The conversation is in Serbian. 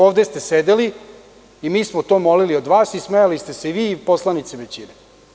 Ovde ste sedeli i mi smo to molili od vas i smejali ste se i vi i poslanici većine.